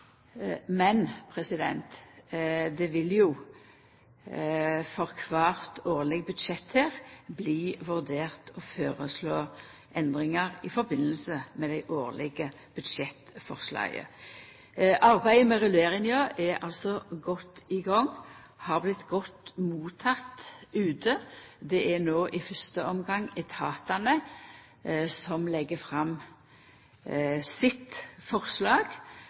men det vil bli vurdert å føreslå endringar i samband med dei årlege budsjettforslaga. Arbeidet med rulleringa er altså godt i gang og har blitt godt motteke ute. Det er no i fyrste omgang etatane som legg fram sine forslag,